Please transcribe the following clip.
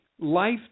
Life